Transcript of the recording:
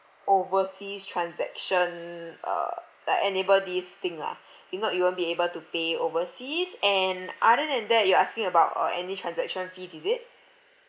overseas transaction uh like enable this thing ah if not you won't be able to pay overseas and other than that you're asking about uh any transaction fees is it